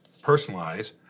personalize